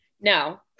No